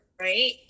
right